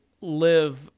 live